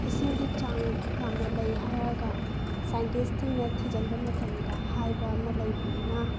ꯏꯁꯤꯡꯒꯤ ꯆꯥꯡ ꯌꯥꯝꯅ ꯂꯩ ꯍꯥꯏꯔꯒ ꯁꯥꯏꯟꯇꯤꯁꯁꯤꯡꯅ ꯊꯤꯖꯤꯟꯕ ꯃꯇꯝꯗ ꯍꯥꯏꯕ ꯑꯃ ꯂꯩꯕꯅꯤꯅ